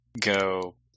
go